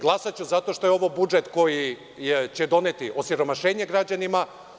Glasaću zato što je ovo budžet koji će doneti osiromašenje građanima.